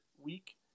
week